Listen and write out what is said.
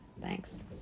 Thanks